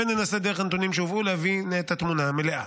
ודרך הנתונים שהובאו ננסה להבין את התמונה המלאה.